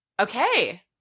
Okay